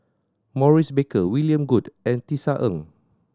Maurice Baker William Goode and Tisa Ng